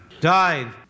died